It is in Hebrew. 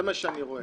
זה מה שאני רואה.